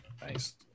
Nice